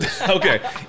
Okay